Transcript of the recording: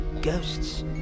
ghosts